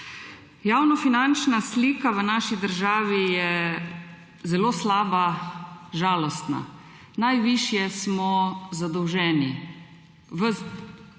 Javnofinančna slika v naši državi je zelo slaba, žalostna. Najvišje smo zadolženi v celi